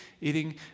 eating